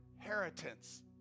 inheritance